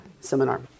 seminar